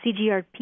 CGRP